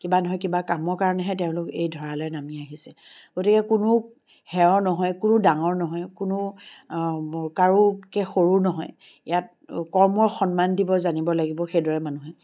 কিবা নহয় কিবা কামৰ কাৰণেহে তেওঁলোক এই ধৰালৈ নামি আহিছে গতিকে কোনো হেও নহয় কোনো ডাঙৰ নহয় কোনো কাৰোতকৈ সৰু নহয় ইয়াত কৰ্মৰ সন্মান দিব জানিব লাগিব সেইদৰে মানুহে